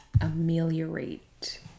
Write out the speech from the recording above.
Ameliorate